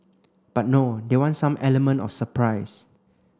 but no they want some element of surprise